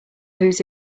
whose